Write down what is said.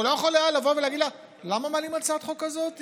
הוא לא יכול היה לבוא ולהגיד לה: למה מעלים הצעת חוק כזאת